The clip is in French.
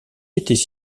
étaient